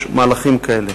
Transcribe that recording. יש מהלכים כאלה.